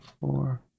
four